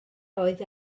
oedd